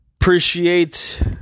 Appreciate